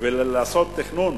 ולעשות תכנון.